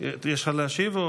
יש לך להשיב?